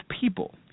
people